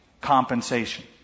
Compensation